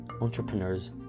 entrepreneurs